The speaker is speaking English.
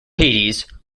hades